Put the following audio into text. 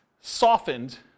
softened